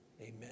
Amen